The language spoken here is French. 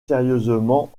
sérieusement